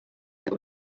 that